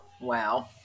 Wow